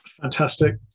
fantastic